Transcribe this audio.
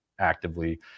actively